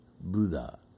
Buddha